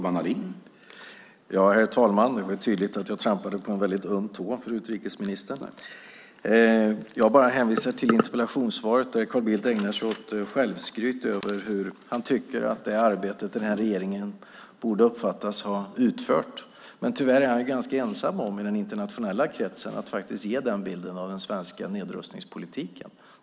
Herr talman! Det var tydligt att jag trampade på en öm tå för utrikesministern. Jag bara hänvisade till interpellationssvaret där Carl Bildt ägnar sig åt självskryt över hur han tycker att det arbete som regeringen har utfört borde uppfattas. Men tyvärr är han ensam i den internationella kretsen om att ge den bilden av den svenska nedrustningspolitiken.